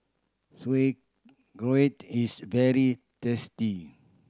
sauerkraut is very tasty